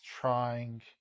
trying